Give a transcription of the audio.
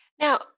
Now